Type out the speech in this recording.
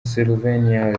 slovenia